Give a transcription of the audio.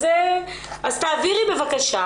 אז תעבירי בבקשה,